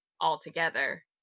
altogether